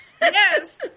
Yes